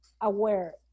aware